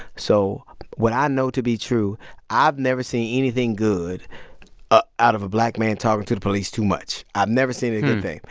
so what i know to be true i've never seen anything good ah out of a black man talking to the police too much. i've never seen a good thing.